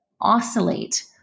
oscillate